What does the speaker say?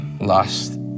lost